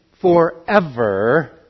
forever